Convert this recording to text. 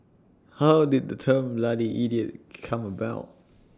how did the term bloody idiot come about